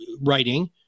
writing